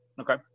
Okay